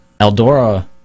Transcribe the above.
Eldora